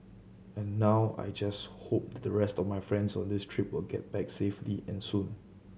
and now I just hope that the rest of my friends on this trip of get back safely and soon